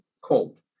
cold